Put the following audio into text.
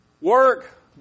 work